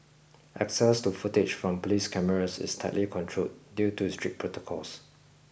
access to footage from police cameras is tightly controlled due to strict protocols